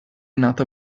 nata